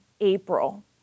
April